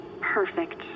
Perfect